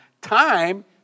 time